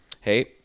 Hey